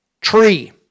tree